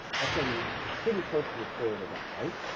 that's going to pretty close to the square root of n, right?